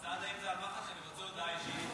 סעדה, אם זה על מח"ש, אני רוצה הודעה אישית.